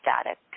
static